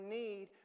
need